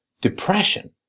depression